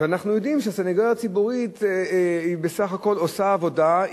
ואנחנו יודעים שהסניגוריה הציבורית בסך הכול עושה עבודה,